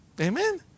Amen